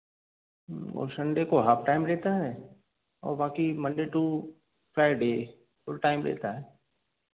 और संडे को half time रहता है और बाकी Monday to Friday full time रहता है